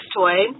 toy